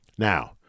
Now